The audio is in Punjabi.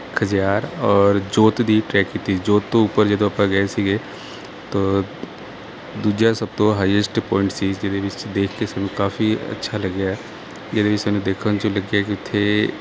ਖਜਿਆਰ ਔਰ ਜੋਤ ਦੀ ਟਰੈਕ ਕੀਤੀ ਜੋਤ ਤੋਂ ਉੱਪਰ ਜਦੋਂ ਆਪਾਂ ਗਏ ਸੀਗੇ ਤੋ ਦੂਜਾ ਸਭ ਤੋਂ ਹਾਈਐਸਟ ਪੁਆਇੰਟ ਸੀ ਜਿਹਦੇ ਵਿੱਚ ਦੇਖ ਕੇ ਸਾਨੂੰ ਕਾਫੀ ਅੱਛਾ ਲੱਗਿਆ ਇਹਦੇ ਵਿੱਚ ਸਾਨੂੰ ਦੇਖਣ 'ਚ ਲੱਗਿਆ ਕਿ ਇੱਥੇ